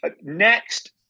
next